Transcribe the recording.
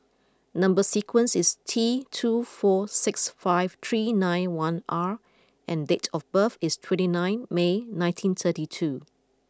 number sequence is T two four six five three nine one R and date of birth is twenty nine May nineteen thirty two